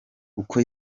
uko